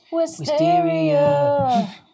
Wisteria